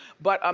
but, um